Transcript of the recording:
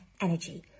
energy